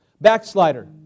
Backslider